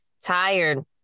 tired